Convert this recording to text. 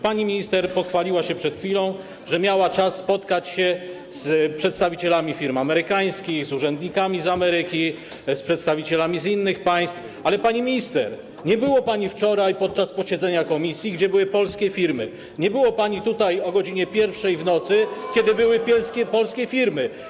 Pani minister pochwaliła się przed chwilą, że miała czas spotkać się z przedstawicielami amerykańskich firm, z urzędnikami z Ameryki, z przedstawicielami innych państw, ale, pani minister, nie było pani wczoraj podczas posiedzenia komisji, na którym były polskie firmy, nie było pani tutaj o godz. 1 w nocy, kiedy były tu polskie firmy.